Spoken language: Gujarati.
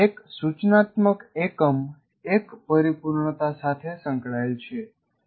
એક સૂચનાત્મક એકમ એક પરિપૂર્ણતા સાથે સંકળાયેલ છે